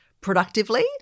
productively